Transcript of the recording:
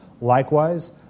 Likewise